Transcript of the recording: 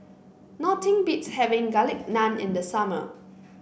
nothing beats having Garlic Naan in the summer